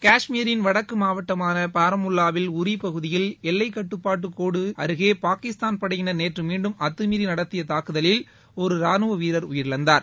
காஷ்மீரின் வடக்கு மாவட்டமானா பாரமுல்லாவில் உரி பகுதியில் எல்லை கட்டுப்பாட்டு கோடு அருகே பாகிஸ்தான் படையினர் நேற்று மீண்டும் அத்துமீறி நடத்திய தாக்குதலில் ஒரு ரானுவ வீரர் உயிரிழந்தார்